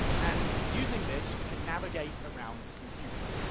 and using this we can navigate around the computer.